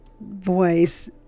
voice